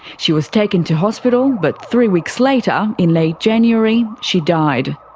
she was taken to hospital, but three weeks later, in late january, she died.